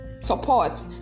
support